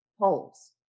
polls